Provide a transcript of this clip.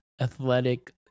athletic